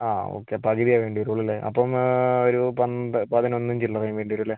ആ ഓക്കെ പകുതിയേ വേണ്ടി വരുള്ളു അല്ലേ അപ്പം ഒരു പന്ത് പതിനൊന്നും ചില്ലറയും വേണ്ടിവരും അല്ലേ